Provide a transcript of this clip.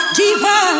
deeper